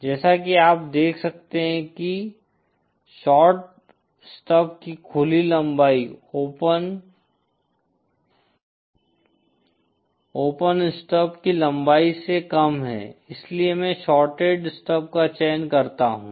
जैसा कि आप देख सकते हैं कि शॉर्ट स्टब की खुली लंबाई ओपन स्टब की लंबाई से कम है इसलिए मैं शॉर्टेड स्टब का चयन करता हूं